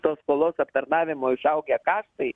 tos skolos aptarnavimo išaugę kaštai